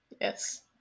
yes